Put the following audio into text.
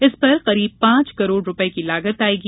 इस पर करीब पांच करोड़ रूपये की लागत आयेगी